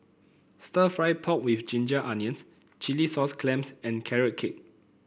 stir fry pork with Ginger Onions Chilli Sauce Clams and Carrot Cake